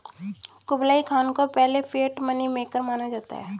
Kublai Khan को पहले fiat money maker माना जाता है